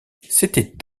c’était